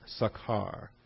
Sakhar